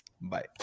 Bye